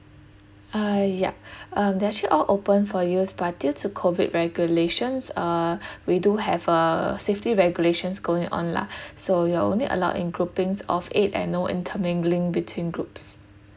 uh ya um they're actually all open for use but due to COVID regulations uh we do have a safety regulations going on lah so you're only allowed in groupings of eight and no intermingling between groups